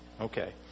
Okay